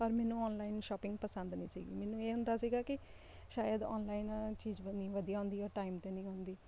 ਔਰ ਮੈਨੂੰ online shopping ਪਸੰਦ ਨਹੀਂ ਸੀਗੀ ਮੈਨੂੰ ਇਹ ਹੁੰਦਾ ਸੀਗਾ ਕਿ ਸ਼ਾਇਦ ਔਨਲਾਈਨ ਚੀਜ਼ ਵ ਨਹੀਂ ਵਧੀਆ ਆਉਂਦੀ ਔਰ ਟਾਈਮ 'ਤੇ ਨਹੀਂ ਆਉਂਦੀ